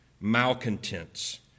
malcontents